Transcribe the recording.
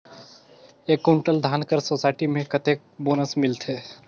एक कुंटल धान कर सोसायटी मे कतेक बोनस मिलथे?